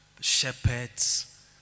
shepherds